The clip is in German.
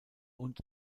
und